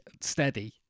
steady